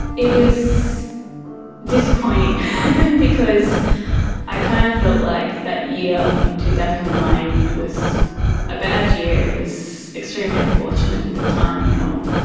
it was disappointing because i kind of felt like that year in two thousand and nine was a bad year, it was extremely unfortunate with the timing and all,